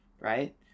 right